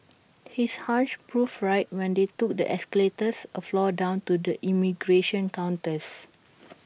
his hunch proved right when they took the escalators A floor down to the immigration counters